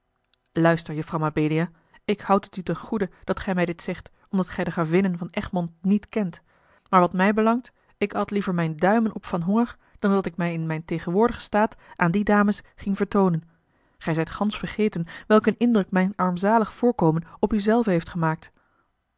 luister juffer mabelia ik houd het u ten goede dat gij mij dit zegt omdat gij de gravinnen van egmond niet kent maar wat mij belangt ik at liever mijne duimen op van honger dan dat ik mij in mijn tegenwoordigen staat aan die dames ging vertoonen gij zijt gansch vergeten welk een indruk mijn armzalig voorkomen op u zelve heeft gemaakt